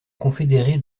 confédérés